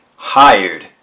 Hired